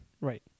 Right